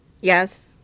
Yes